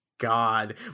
god